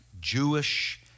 Jewish